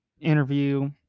interview